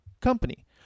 company